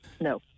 No